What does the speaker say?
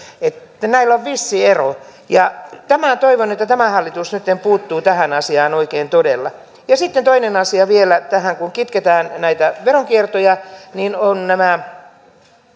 näillä on vissi ero ja toivon että tämä hallitus nytten puuttuu tähän asiaan oikein todella sitten toinen asia vielä tähän kun kitketään näitä veronkiertoja niin on nämä